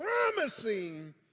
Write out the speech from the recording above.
promising